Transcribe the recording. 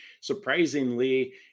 Surprisingly